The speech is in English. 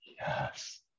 Yes